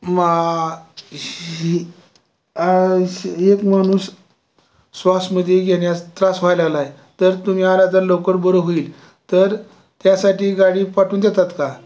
मा श श एक माणूस श्वास म्हणजे घेण्याचा त्रास व्हायला लागलाय तर तुम्ही आला तर लवकर बरं होईल तर त्यासाठी गाडी पाठवून देतात का